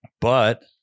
But-